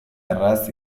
erraz